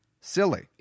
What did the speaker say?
silly